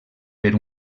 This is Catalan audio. per